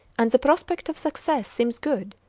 and the prospect of success seems good,